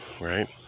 right